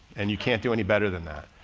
and you can't do any better than that.